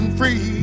free